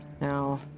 now